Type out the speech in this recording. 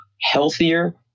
healthier